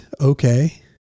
Okay